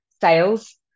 sales